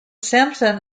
samson